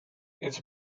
its